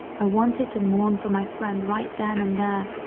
i wanted to mourn for my friend right then and there,